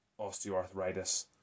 osteoarthritis